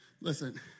listen